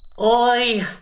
Oi